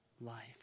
life